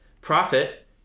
profit